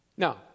Now